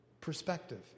perspective